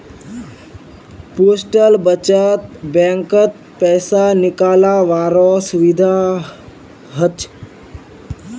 postal बचत बैंकत पैसा निकालावारो सुविधा हछ